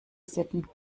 sitten